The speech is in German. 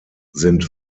sind